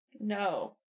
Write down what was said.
No